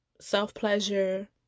self-pleasure